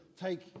take